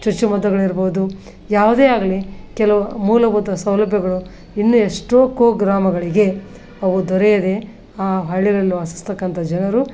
ಚುಚ್ಚುಮದ್ದುಗಳು ಇರ್ಬೋದು ಯಾವುದೇ ಆಗಲಿ ಕೆಲವು ಮೂಲಭೂತ ಸೌಲಭ್ಯಗಳು ಇನ್ನೂ ಎಷ್ಟೋ ಕುಗ್ರಾಮಗಳಿಗೆ ಅವು ದೊರೆಯದೇ ಆ ಹಳ್ಳಿಗಳಲ್ಲಿ ವಾಸಿಸತಕ್ಕಂಥ ಜನರು